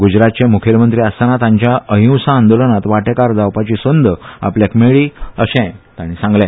ग्जरातचे म्खेलमंत्री आसताना तांच्या अहिंसा आंदोलनात वाटेकार जावपणी संद आपल्याक मेळी अशेंय तांणी सांगले